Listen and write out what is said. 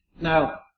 Now